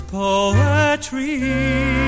poetry